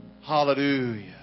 Hallelujah